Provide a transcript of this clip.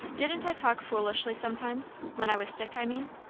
didn't i talk foolishly sometimes when i was sick, i mean.